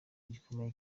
gikomeye